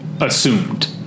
assumed